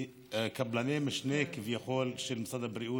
כקבלני משנה כביכול של משרד הבריאות,